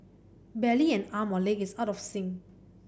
barely an arm or leg is out of sync